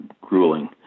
grueling